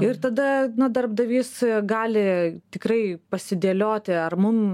ir tada darbdavys gali tikrai pasidėlioti ar mum